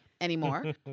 anymore